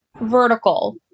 vertical